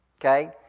okay